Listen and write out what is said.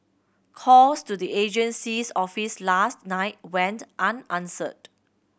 calls to the agency's office last night went unanswered